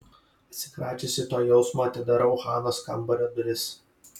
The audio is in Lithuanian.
atsikračiusi to jausmo atidarau hanos kambario duris